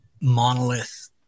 monolith